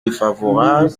défavorable